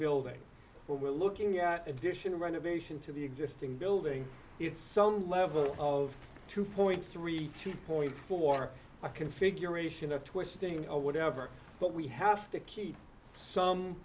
building but we're looking at additional renovation to the existing building it's some level of two point three two point four a configuration or twisting or whatever but we have to keep some